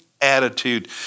attitude